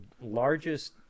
largest